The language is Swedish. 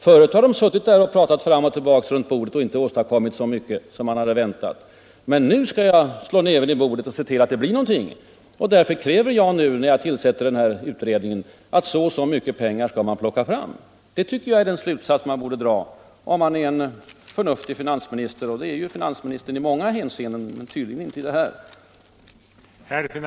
Förut har man suttit och pratat fram och tillbaka runt bordet och inte åstadkommit så mycket som hade förväntats, men nu skall jag slå näven i bordet och se till att det blir någonting av. Av utredningen kräver jag därför att så och så mycket pengar skall den plocka fram. Det tycker jag är den slutsats man borde dra, om man är en förnuftig finansminister — och det är ju finansministern i många andra hänseenden.